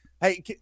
hey